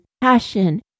passion